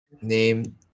Name